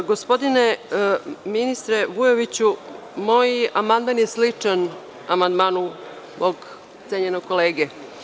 Gospodine ministre Vujoviću, moj amandman je sličan amandmanu mog cenjenog kolege.